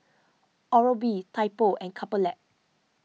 Oral B Typo and Couple Lab